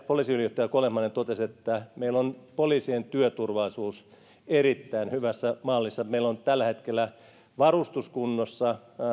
poliisiylijohtaja kolehmainen totesi että meillä on poliisien työturvallisuus erittäin hyvässä mallissa että meillä on tällä hetkellä varustus kunnossa